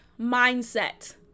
mindset